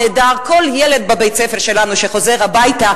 נעדר כל ילד בבית-הספר שלנו שחוזר הביתה,